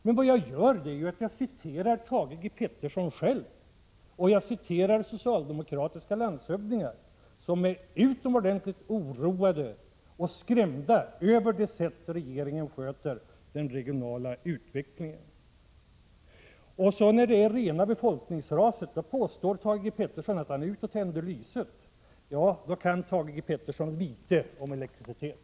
Men vad jag gör är ju att citera Thage G. Peterson själv. Och jag citerar socialdemokratiska landshövdingar, som är utomordentligt oroade och skrämda över det sätt på vilket regeringen sköter den regionala utvecklingen. När det är rena befolkningsraset påstår Thage G. Peterson att han är ute och tänder lyset. Ja, då kan Thage G. Peterson litet om elektricitet!